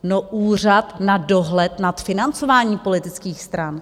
No Úřad na dohled na financování politických stran.